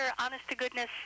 honest-to-goodness